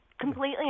Completely